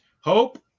Hope